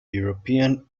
european